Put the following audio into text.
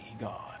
God